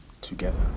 ...together